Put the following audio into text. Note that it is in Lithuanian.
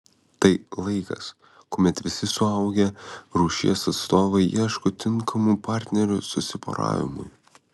tai laikas kuomet visi suaugę rūšies atstovai ieško tinkamų partnerių susiporavimui